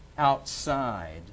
outside